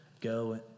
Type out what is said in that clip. Go